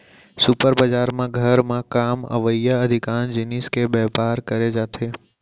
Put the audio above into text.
super बजार म घर म काम अवइया अधिकांस जिनिस के बयपार करे जाथे